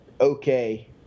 okay